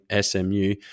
SMU